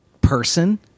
person